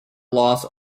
lost